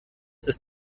ist